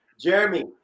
Jeremy